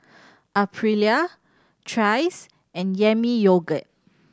Aprilia Trace and Yami Yogurt